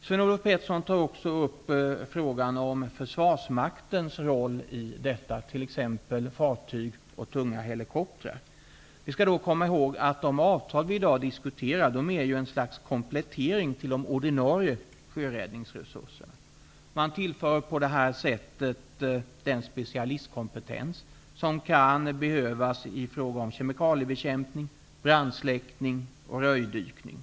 Sven-Olof Petersson tar också upp frågan om försvarsmaktens roll i detta sammanhang, med tanke på fartyg och tunga helikoptrar. Vi skall komma ihåg att de avtal som vi i dag diskuterar, är ett slags komplettering till de ordinarie sjöräddningsresurserna. På det här sättet tillför man den specialistkompetens som kan behövas i fråga om kemikaliebekämpning, brandsläckning och rökdykning.